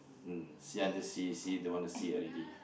mm see until see see see don't want to see already